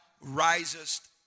risest